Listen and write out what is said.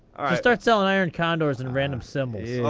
start selling iron condors and random symbols. oh,